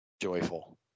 joyful